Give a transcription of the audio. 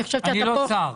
אני לא שר.